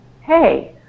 hey